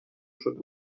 شده